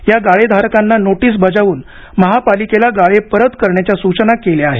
या गाळेधारकांना नोटीस बजावून महापालिकेला गाळे परत करण्याच्या सूचना केल्या आहेत